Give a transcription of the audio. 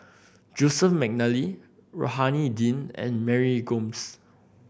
Joseph McNally Rohani Din and Mary Gomes